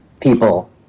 people